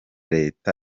leta